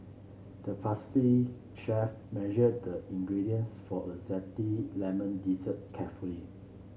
the pastry chef measured the ingredients for a zesty lemon dessert carefully